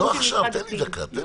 לא עכשיו, תן לי דקה, תן לי.